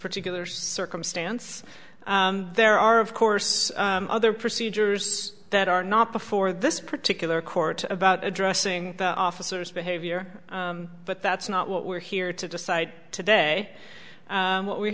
particular circumstance there are of course other procedures that are not before this particular court about addressing officers behavior but that's not what we're here to decide today what we